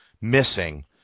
missing